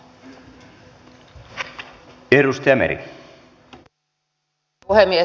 arvoisa puhemies